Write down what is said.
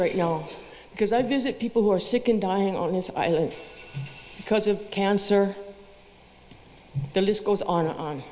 right now because i visit people who are sick and dying on this island because of cancer the list goes on and on